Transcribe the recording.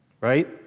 Right